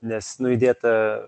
nes nu įdėta